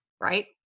right